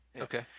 Okay